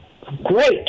Great